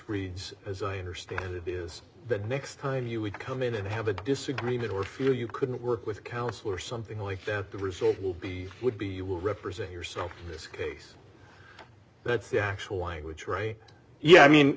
reads as i understand it is that next time you would come in and have a disagreement or feel you couldn't work with counsel or something like that the result will be would be you will represent yourself this case that's the actual language right yeah i mean